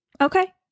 Okay